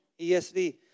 ESV